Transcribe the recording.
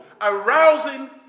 arousing